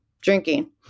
drinking